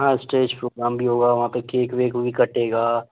हाँ stage programme भी होगा वहाँ पे केक वेक भी कटेगा